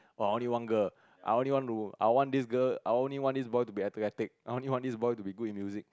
or I only want girl I only want to I want this girl I only want this boy to athletic I only want this boy to be good in music